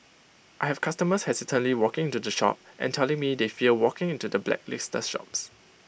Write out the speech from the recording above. I have customers hesitantly walking into the shop and telling me they fear walking into the blacklisted shops